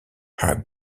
are